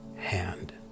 hand